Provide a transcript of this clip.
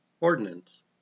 Ordinance